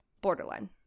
Borderline